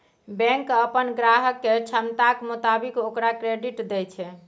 bank अप्पन ग्राहक केर क्षमताक मोताबिक ओकरा क्रेडिट दय छै